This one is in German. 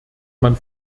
man